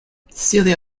celia